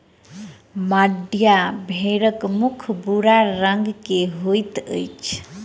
मांड्या भेड़क मुख भूरा रंग के होइत अछि